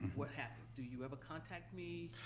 what happen, do you ever contact me,